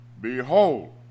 Behold